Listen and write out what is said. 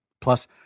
Plus